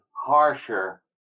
harsher